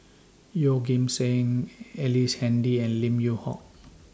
Yeoh Ghim Seng Ellice Handy and Lim Yew Hock